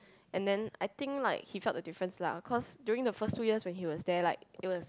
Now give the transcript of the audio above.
and then I think like he felt the difference lah cause during the first two years when he was there like it was